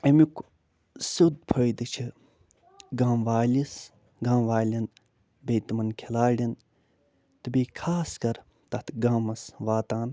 اَمیُک سیوٚد فٲیِدٕ چھِ گام وٲلِس گام والٮ۪ن بیٚیہِ تِمَن کھلاڑٮ۪ن تہٕ بیٚیہِ خاص کر تَتھ گامَس واتان